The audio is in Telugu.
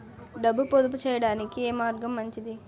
డబ్బు పొదుపు చేయటానికి ఏ మార్గం మంచిది?